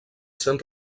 sent